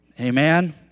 Amen